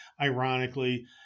ironically